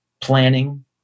planning